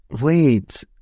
Wait